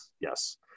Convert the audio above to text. Yes